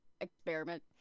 experiment